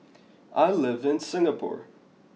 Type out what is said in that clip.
I live in Singapore